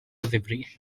ddifrif